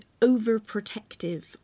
overprotective